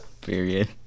period